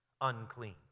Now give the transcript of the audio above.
unclean